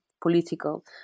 political